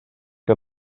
que